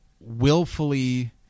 willfully